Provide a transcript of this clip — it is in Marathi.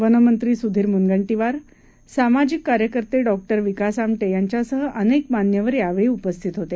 वनमंत्री सुधीर मुनगंटीवार सामाजिक कार्यकर्ते डॉ विकास आमटे यांच्यासह अनेक मान्यवर यावेळी उपस्थित होते